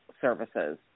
services